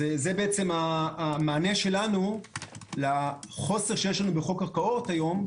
זה בעצם המענה שלנו לחוסר שיש לנו בחוק קרקעות היום,